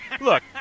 look